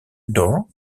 door